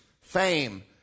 fame